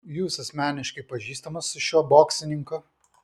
jūs asmeniškai pažįstamas su šiuo boksininku